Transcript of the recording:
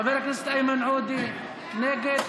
חבר הכנסת איימן עודה, נגד.